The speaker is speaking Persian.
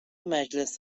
مجلس